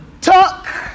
tuck